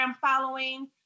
following